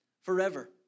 forever